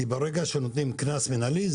כי ברגע שנותנים קנס מינהלי.